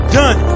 done